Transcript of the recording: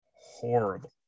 horrible